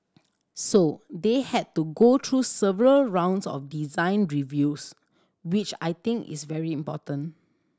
so they had to go through several rounds of design reviews which I think is very important